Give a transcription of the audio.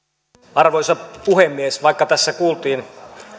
arvoisa puhemies vaikka tässä kuultiin